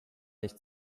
nicht